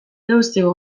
duzu